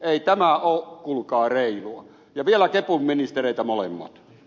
ei tämä ole kuulkaa reilua ja vielä kepun ministereitä molen